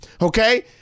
okay